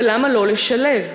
אבל למה לא לשלב?